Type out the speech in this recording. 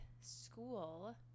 school